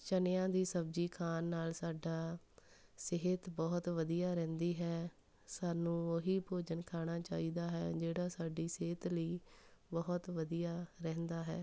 ਚਨਿਆਂ ਦੀ ਸਬਜ਼ੀ ਖਾਣ ਨਾਲ਼ ਸਾਡਾ ਸਿਹਤ ਬਹੁਤ ਵਧੀਆ ਰਹਿੰਦੀ ਹੈ ਸਾਨੂੰ ਉਹੀ ਭੋਜਨ ਖਾਣਾ ਚਾਹੀਦਾ ਹੈ ਜਿਹੜਾ ਸਾਡੀ ਸਿਹਤ ਲਈ ਬਹੁਤ ਵਧੀਆ ਰਹਿੰਦਾ ਹੈ